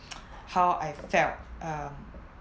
how I felt um